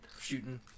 shooting